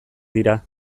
dira